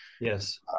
yes